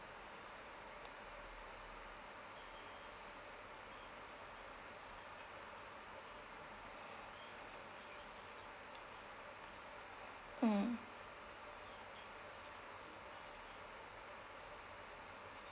mm